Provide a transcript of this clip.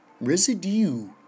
residue